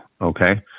Okay